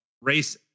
race